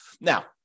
Now